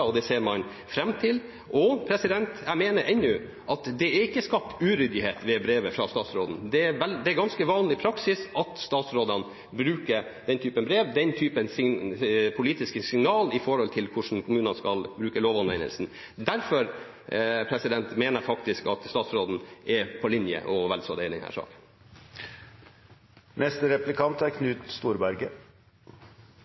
skapt uryddighet ved brevet fra statsråden. Det er ganske vanlig praksis at statsrådene bruker den typen brev – den typen politiske signal – når det gjelder hvordan kommunene skal bruke lovanvendelsen. Derfor mener jeg faktisk at statsråden er på linje og vel så det i denne saken. Med all respekt må jeg si at det er